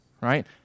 right